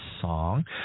song